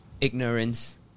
ignorance